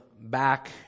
back